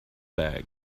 bag